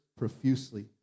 profusely